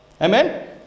Amen